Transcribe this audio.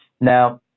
Now